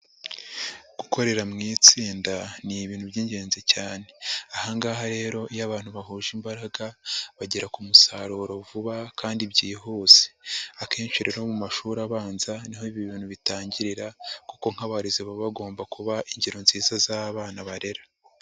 Gukorera mu itsinda ni ibintu by'ingenzi cyane, ahangaha rero iyo abantu bahuje imbaraga bagera ku musaruro vuba kandi byihuse, akenshi rero mu mashuri abanza niho ibi bintu bitangirira kuko nk'abarezi baba bagomba kuba ingero nziza z'abana barera.